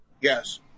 Yes